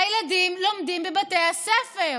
הילדים לומדים בבתי הספר.